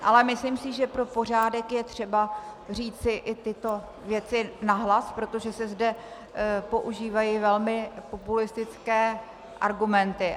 Ale myslím si, že pro pořádek je třeba říci i tyto věci nahlas, protože se zde používají velmi populistické argumenty.